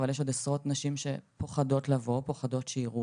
אבל יש עוד עשרות נשים שפוחדות לבוא ופוחדות שיראו